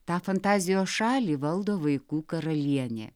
tą fantazijos šalį valdo vaikų karalienė